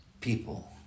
people